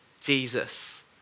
Jesus